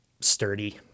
sturdy